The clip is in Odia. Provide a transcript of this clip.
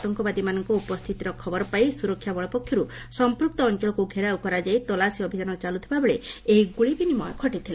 ଆତଙ୍କବାଦୀମାନଙ୍କ ଉପସ୍ଥିତିର ଖବର ପାଇ ସୁରକ୍ଷାବଳ ପକ୍ଷରୁ ସଂପୂକ୍ତ ଅଞ୍ଚଳକୁ ଘେରାଉ କରାଯାଇ ତଲାସି ଅଭିଯାନ ଚାଲୁଥିବା ବେଳେ ଏହି ଗୁଳି ବିନିମୟ ଘଟିଥିଲା